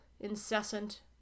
incessant